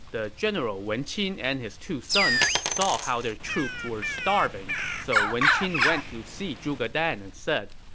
the general wen qin and his two sons saw how their troops were starving, so wen qin went to see zhuge dan and said,